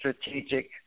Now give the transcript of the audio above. strategic